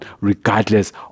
regardless